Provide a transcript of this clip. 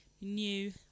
new